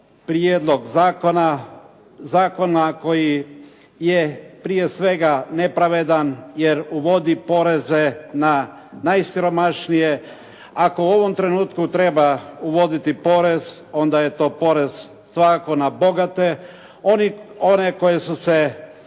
prijedlog zakona, zakona koji je prije svega nepravedan jer uvodi poreze na najsiromašnije. Ako u ovom trenutku treba uvoditi porez onda je to porez svakako na bogate one koji su se